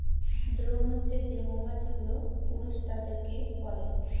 drone হছে যে মৌমাছি গুলো পুরুষ তাদেরকে বলে